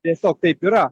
tiesiog taip yra